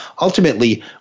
ultimately